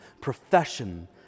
profession